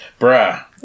Bruh